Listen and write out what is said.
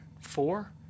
Four